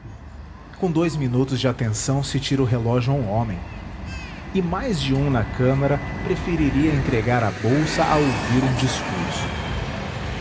com dous minutos de atenção se tira o relógio a um homem e mais de um na câmara preferiria entregar a bolsa a ouvir um discurso